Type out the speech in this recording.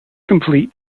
complete